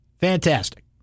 Fantastic